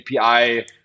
API